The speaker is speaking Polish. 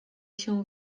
się